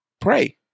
Pray